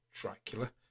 Dracula